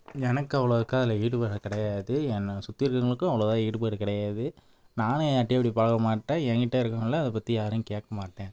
எனக்கு அவ்வளோக்கா அதில் ஈடுபாடு கிடையாது என்னை சுற்றி இருக்கறவங்களுக்கும் அவ்வளோவா ஈடுபாடு கிடையாது நானும் யார்கிட்டையும் அப்படி பழக மாட்டேன் எங்கிட்ட இருக்கறவங்கள அதை பற்றி யாரையும் கேட்க மாட்டேன்